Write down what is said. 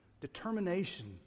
determination